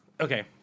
Okay